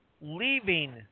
leaving